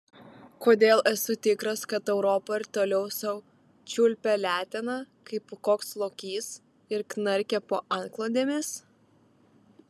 kodėl esu tikras kad europa ir toliau sau čiulpia leteną kaip koks lokys ir knarkia po antklodėmis